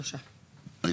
3. מי נמנע?